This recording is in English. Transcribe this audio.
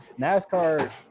NASCAR